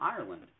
Ireland